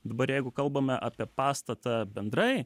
dabar jeigu kalbame apie pastatą bendrai